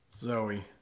Zoe